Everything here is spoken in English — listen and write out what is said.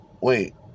wait